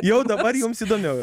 jau dabar jums įdomiau